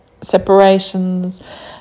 separations